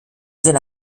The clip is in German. seine